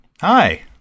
Hi